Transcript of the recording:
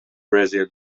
brazil